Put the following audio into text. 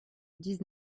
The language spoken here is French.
dix